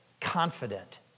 confident